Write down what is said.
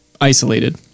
isolated